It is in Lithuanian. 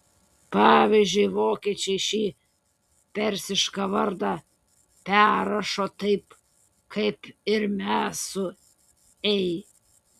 pavyzdžiui vokiečiai šį persišką vardą perrašo taip kaip ir mes su ei